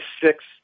six